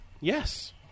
Yes